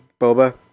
Boba